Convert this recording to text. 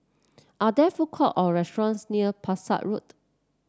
are there food courts or restaurants near Pesek Road